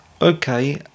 Okay